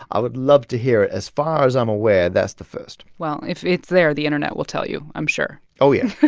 i would love to hear it. as far as i'm aware, that's the first well, if it's there, the internet will tell you, i'm sure oh, yes.